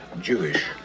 Jewish